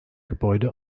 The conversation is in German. gebäude